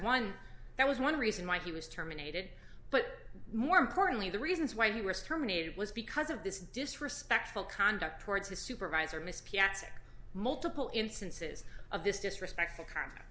one that was one reason why he was terminated but more importantly the reasons why he was terminated was because of this disrespectful conduct towards his supervisor miss p adic multiple instances of this disrespectful